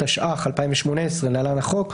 התשע"ח-2018 (להלן החוק),